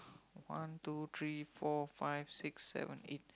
one two three four five six seven eight